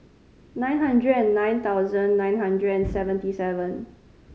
nine hundred and nine thousand nine hundred and seventy seven